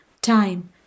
Time